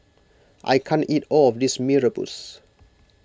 I can't eat all of this Mee Rebus